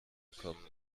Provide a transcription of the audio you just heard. kommen